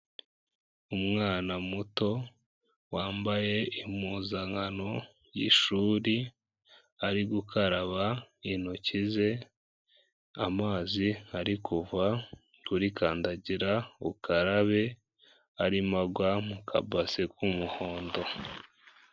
Umwana muto wambaye impuzankano y'ishuri ari gukaraba intoki ze, amazi ari kuva kuri kandagira ukarabe arimo agwa mu kabase k'umuhondo.